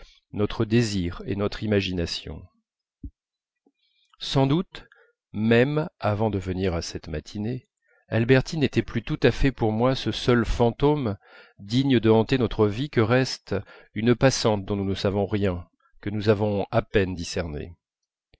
notre désir et notre imagination sans doute même avant de venir à cette matinée albertine n'était plus tout à fait pour moi ce seul fantôme digne de hanter notre vie que reste une passante dont nous ne savons rien que nous avons à peine discernée